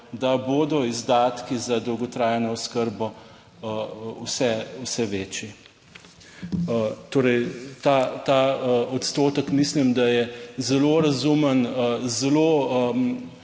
da bodo izdatki za dolgotrajno oskrbo vse večji. Torej ta odstotek mislim, da je zelo razumen, zelo.